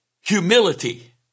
Humility